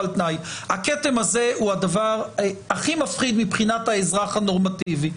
הכתם הזה הוא הדבר הכי מפחיד מבחינת האזרח הנורמטיבי.